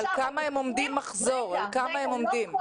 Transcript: על כמה מחזור הם עומדים?